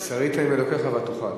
שרית עם אלוקיך, ותוכל.